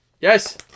Yes